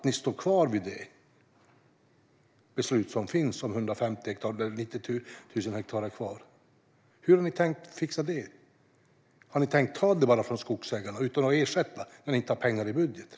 Om ni står fast vid det beslut som finns om 150 000 hektar och det är 90 000 hektar kvar, hur har ni tänkt fixa det? Har ni tänkt att bara ta dessa hektar utan att ersätta skogsägarna, eftersom ni inte har pengar i budgeten?